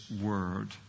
Word